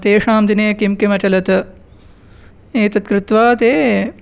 तेषां दिने किं किम् अचलत् एतत् कृत्वा ते